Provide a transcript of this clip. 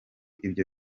ibyo